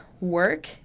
work